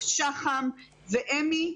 שח"ם ואמ"י.